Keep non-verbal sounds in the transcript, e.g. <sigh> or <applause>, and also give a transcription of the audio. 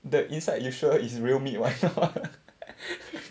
the inside you sure is real meat [one] or not <laughs>